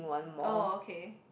oh okay